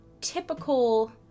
typical